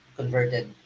converted